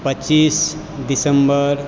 पच्चीस दिसम्बर